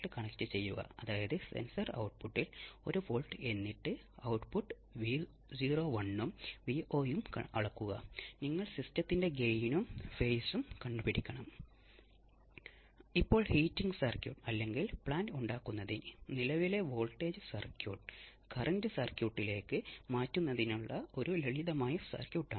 positive phase angle സൂചിപ്പിക്കുന്നത് current phi ആംഗിളിനു വോൾട്ടേജിന്റെ മുന്നിൽ ആണെന്നാണ്